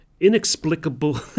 inexplicable